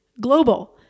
Global